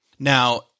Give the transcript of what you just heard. Now